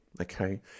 Okay